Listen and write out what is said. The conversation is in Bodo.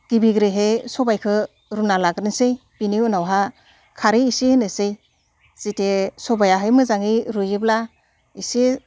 गिबिग्रोहै सबायखो रुना लाग्रोनोसै बिनि उनावहा खारै एसे होनोसै जितिया सबायाहाय मोजाङै रुयोब्ला एसे